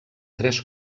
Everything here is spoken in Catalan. tres